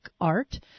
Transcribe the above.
Art